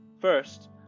First